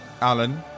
Alan